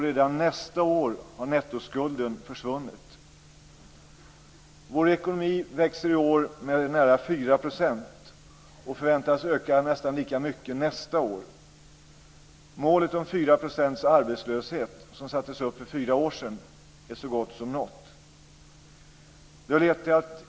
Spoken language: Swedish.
Redan nästa år har nettoskulden försvunnit. Vår ekonomi växer i år med nära 4 % och förväntas öka nästan lika mycket nästa år. Målet om 4 % arbetslöshet, som sattes upp för fyra år sedan, är så gott som nått.